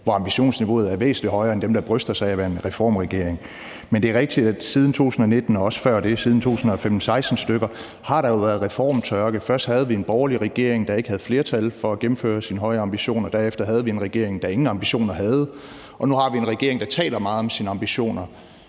hvor ambitionsniveauet er væsentlig højere end hos dem, der bryster sig af at være en reformregering. Men det er jo rigtigt, at der siden 2019, og også før det, altså siden 2015-2016-stykker, har været reformtørke. Først havde vi en borgerlig regering, der ikke havde flertal for at gennemføre sine høje ambitioner, og derefter havde vi en regering, der ingen ambitioner havde. Og nu har vi en regering, der taler meget om sine ambitioner,